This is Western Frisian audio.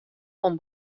oan